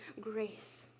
grace